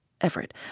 Everett